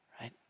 right